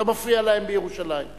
לא מפריע להם בירושלים.